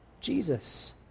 Jesus